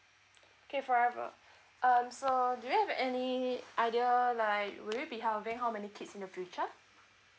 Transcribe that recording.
okay forever um so do you have any idea like will you be having how many kids in the future